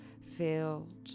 filled